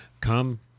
Come